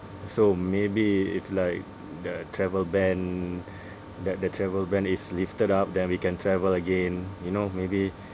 so maybe if like the travel ban that the travel ban is lifted up then we can travel again you know maybe